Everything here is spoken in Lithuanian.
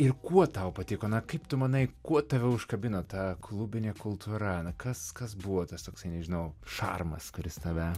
ir kuo tau patiko na kaip tu manai kuo tave užkabino ta klubinė kultūra na kas kas buvo tas toksai nežinau šarmas kuris tave